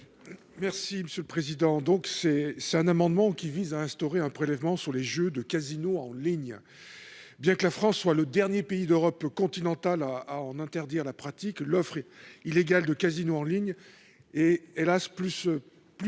Merci Monsieur le Président, donc c'est c'est un amendement qui vise à instaurer un prélèvement sur les jeux de casino en ligne, bien que la France soit le dernier pays d'Europe continentale à à en interdire la pratique l'offre illégale de casino en ligne et hélas plus plus